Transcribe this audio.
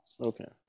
okay